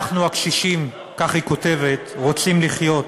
אנחנו הקשישים, כך היא כותבת, רוצים לחיות,